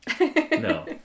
no